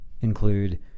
include